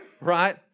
right